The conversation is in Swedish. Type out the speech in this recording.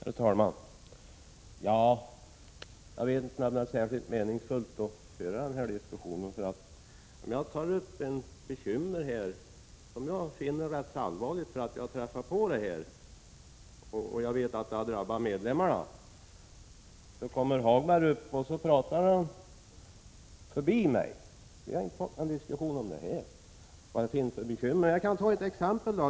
Herr talman! Jag vet inte om det är särskilt meningsfullt att föra den här diskussionen, för om jag tar upp bekymmer som jag finner rätt allvarliga, därför att jag träffat på dem och vet att det har drabbat arbetare inom stålindustrin, så kommer Hagberg upp och pratar förbi mig. Vi har inte fått någon diskussion om vad det finns för bekymmer. Jag kan ta ett exempel.